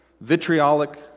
vitriolic